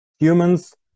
humans